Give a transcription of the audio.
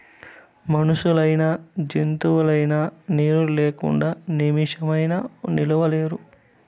మనుషులైనా జంతువులైనా నీరు లేకుంటే నిమిసమైనా నిలువలేరు